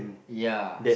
ya